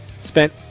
spent